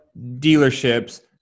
dealerships